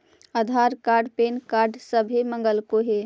आधार card PAN card सभे मगलके हे?